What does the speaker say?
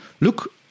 look